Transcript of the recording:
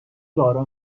دارا